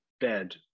bed